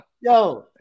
yo